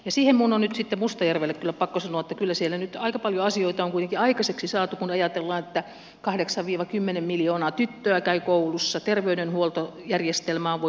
ja siihen mun on yksi buster venettä pakko sanoa kyseli mitä asioita uintiaikaiseksi saatu kun ajatellaan tätä kahdeksan iv kymmenen miljoonaa tyttöä käy koulussa terveydenhuoltoon järjestelmä on